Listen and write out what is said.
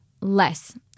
less